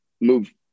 move